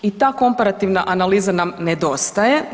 I ta komparativna analiza nam nedostaje.